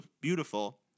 beautiful